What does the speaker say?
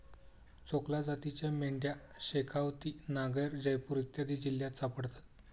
चोकला जातीच्या मेंढ्या शेखावती, नागैर, जयपूर इत्यादी जिल्ह्यांत सापडतात